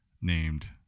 named